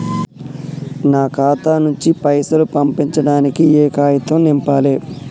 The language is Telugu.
నా ఖాతా నుంచి పైసలు పంపించడానికి ఏ కాగితం నింపాలే?